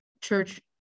church